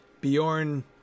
Bjorn